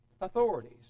authorities